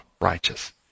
righteous